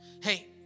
Hey